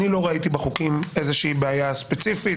אני לא ראיתי בחוקים איזושהי בעיה ספציפית,